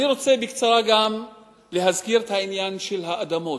אני רוצה בקצרה גם להזכיר את העניין של האדמות.